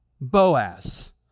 Boaz